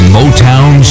Motown